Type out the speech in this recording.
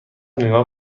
نگاه